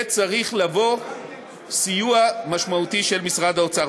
יהיה צריך לבוא סיוע משמעותי של משרד האוצר.